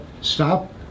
stop